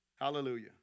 Hallelujah